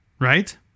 right